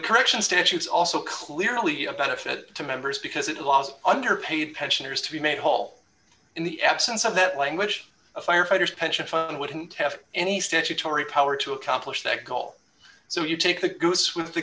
correction statutes also clearly a benefit to members because it allows underpaid pensioners to be made whole in the absence of that language of firefighters pension fund wouldn't have any statutory power to accomplish that goal so you take the goose with the